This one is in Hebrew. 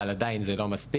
אבל עדיין זה לא מספיק,